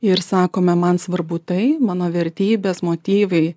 ir sakome man svarbu tai mano vertybės motyvai